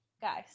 guys